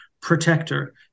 protector